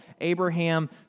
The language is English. Abraham